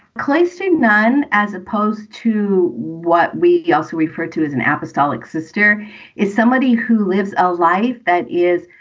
close to none, as opposed to what we also refer to as an apostolic sister is somebody who lives a life that is,